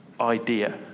idea